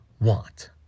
want